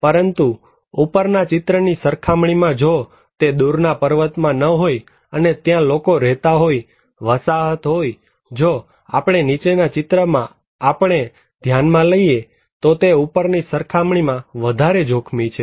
પરંતુ ઉપરના ચિત્રની સરખામણીમાં જો તે દૂરના પર્વતમાં ન હોય અને ત્યાં લોકો રહેતા હોય વસાહત હોયજો આપણે નીચેના ચિત્રમાં આપણને ધ્યાનમાં લઈએ તો તે ઉપરની સરખામણીમાં વધારે જોખમી છે